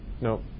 No